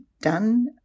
done